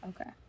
Okay